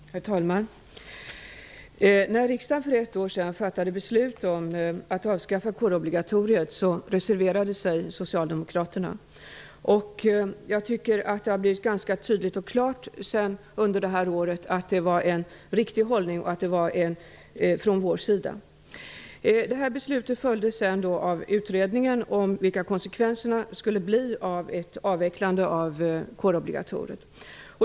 Herr talman! När riksdagen för ett år sedan fattade beslut om att avskaffa kårobligatoriet reserverade sig Socialdemokraterna. Jag tycker att det har blivit ganska tydligt och klart under det här året att det var en riktig hållning från vår sida. Det här beslutet följdes sedan av utredningen om vilka konsekvenserna skulle bli av ett avvecklande av kårobligatoriet.